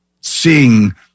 seeing